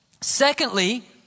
Secondly